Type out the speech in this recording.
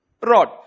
rod